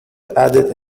added